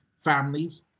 families